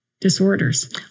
disorders